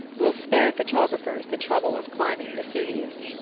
will spare photographers the trouble of climbing vesuvius.